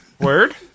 Word